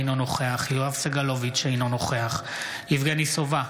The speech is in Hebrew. אינו נוכח יואב סגלוביץ' אינו נוכח יבגני סובה,